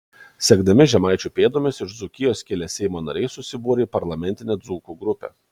sekdami žemaičių pėdomis iš dzūkijos kilę seimo nariai susibūrė į parlamentinę dzūkų grupę